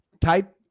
Type